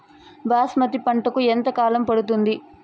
బాస్మతి పంటకు ఎంత కాలం పడుతుంది?